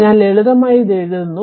ഞാൻ ലളിതമായി ഇത് എഴുതുന്നു